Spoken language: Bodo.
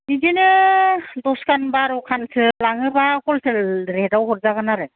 बिदिनो दस खान बार' खान सो लाङोबा हल सेल रेतयाव हरजागोन आरो